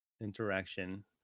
interaction